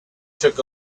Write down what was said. took